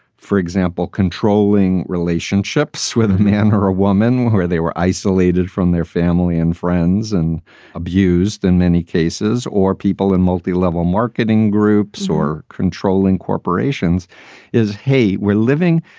for example, controlling relationships with a man or a woman where they were isolated from their family and friends and abused in many cases or people in multi-level marketing groups or controlling core. but serrations is, hey, we're living,